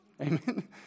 Amen